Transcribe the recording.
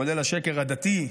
כולל השקר הדתי,